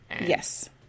Yes